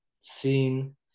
seen